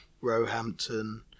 Roehampton